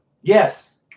Yes